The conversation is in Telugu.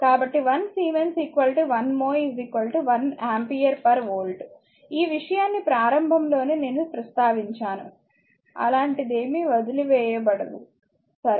కాబట్టి 1 సిమెన్స్ 1 mho 1 ఆంపియర్వోల్ట్ ఈ విషయాన్నీ ప్రారంభంలోనే నేను ప్రస్తావించాను అలాంటిదేమీ వదిలివేయబడవు సరే